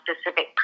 specific